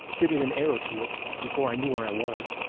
fitted an arrow to it before i knew where i was,